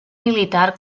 militar